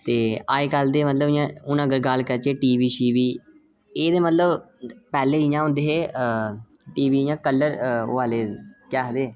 ते अजकल ते मतलब इ'यां हून अगर गल्ल करचै टीवी शीवी एह् ते मतलब पैह्लें जि'यां होंदे हे टीवी इ'यां कलर केह् आखदे